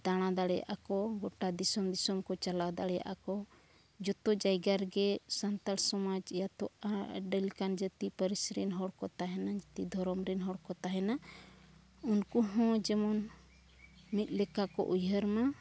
ᱫᱟᱬᱟ ᱫᱟᱲᱮᱭᱟᱜᱼᱟ ᱠᱚ ᱜᱳᱴᱟ ᱫᱤᱥᱚᱢ ᱫᱤᱥᱚᱢ ᱠᱚ ᱪᱟᱞᱟᱣ ᱫᱟᱲᱮᱭᱟᱜᱼᱟ ᱠᱚ ᱡᱚᱛᱚ ᱡᱟᱭᱜᱟ ᱨᱮᱜᱮ ᱥᱟᱱᱛᱟᱲ ᱥᱚᱢᱟᱡᱽ ᱭᱟᱛᱚ ᱟᱹᱰᱤ ᱞᱮᱠᱟᱱ ᱡᱟᱹᱛᱤ ᱯᱟᱹᱨᱤᱥ ᱨᱮᱱ ᱦᱚᱲ ᱠᱚ ᱛᱟᱦᱮᱱᱟ ᱡᱟᱹᱛᱤ ᱫᱷᱚᱨᱚᱢ ᱨᱮᱱ ᱦᱚᱲ ᱠᱚ ᱛᱟᱦᱮᱱᱟ ᱩᱱᱠᱩ ᱦᱚᱸ ᱡᱮᱢᱚᱱ ᱢᱤᱫ ᱞᱮᱠᱟ ᱠᱚ ᱩᱭᱦᱟᱹᱨ ᱢᱟ